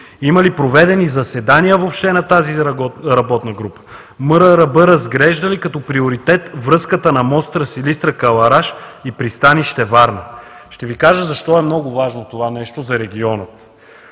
Има ли проведени заседания въобще на тази работна група? МРРБ разглежда ли като приоритет връзката на моста Силистра – Кълъраш и пристанище Варна? Ще Ви кажа защо е много важно за региона